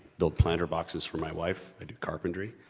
build planter boxes for my wife carpentry.